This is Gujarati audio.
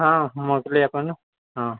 હા મોકલી આપો ને હા